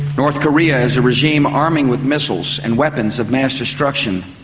north korea is a regime arming with missiles and weapons of mass destruction.